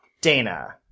Dana